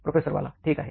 professor बालाठीक आहे